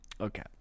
Okay